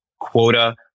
quota